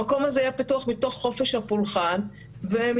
המקום הזה היה פתוח מתוך חופש הפולחן ומתוך